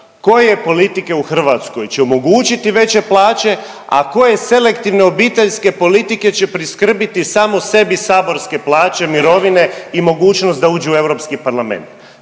koje politike u Hrvatskoj će omogućiti veće plaće, a koje selektivne obiteljske politike će priskrbiti samo sebi saborske plaće, mirovine i mogućnost da uđu u Europski parlament.